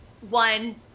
one